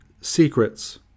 secrets